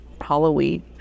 Halloween